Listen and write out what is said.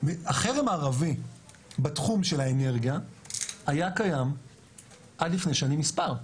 החרם הערבי בתחום של האנרגיה היה קיים עד לפני שנים מספר.